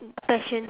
passion